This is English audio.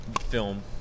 film